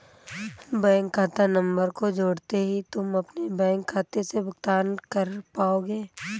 bank खाता number को जोड़ते ही तुम अपने बैंक खाते से भुगतान कर पाओगे